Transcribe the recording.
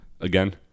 again